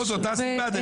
מאותה סיבה.